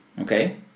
Okay